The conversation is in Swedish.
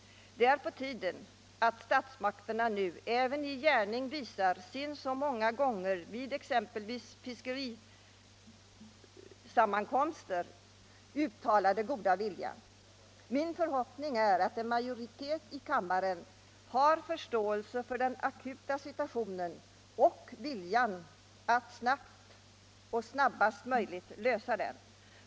Det är på tiden att statsmakterna nu även i gärning visar sin så många gånger vid exempelvis fiskerisammankomster uttalade goda vilja. Min förhoppning är att en majoritet i kammaren har förståelse för den akuta situationen och vilja att snabbast möjligt lösa den.